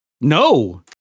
No